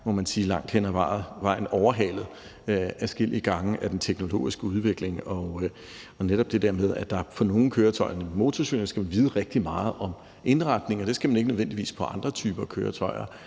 må man sige, langt hen ad vejen blevet overhalet adskillige gange af den teknologiske udvikling, bl.a. med hensyn til at man i forbindelse med nogle køretøjer, nemlig motorcykler, skal vide rigtig meget om indretning, og det skal man ikke nødvendigvis ved andre typer køretøjer.